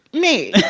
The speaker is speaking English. me